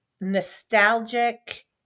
nostalgic